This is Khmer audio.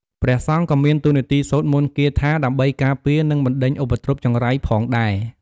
ព្រះសង្ឃក៏មានតួនាទីសូត្រមន្តគាថាដើម្បីការពារ និងបណ្តេញឧបទ្រពចង្រៃផងដែរ។